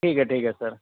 ठीक आहे ठीक आहे सर